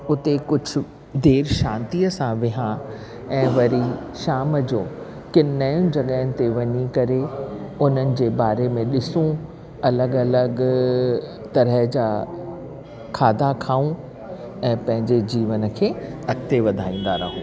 उते कुझु देरि शांती सां वेहा ऐं वरी शाम जो कंहिं नयुनि जॻहियुनि ते वञी करे उन्हनि जे बारे में ॾिसूं अलॻि अलॻि तरह जा खाधा खाऊं ऐं पंहिंजे जीवन खे अॻिते वधाईंदा रहूं